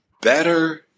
better